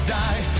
die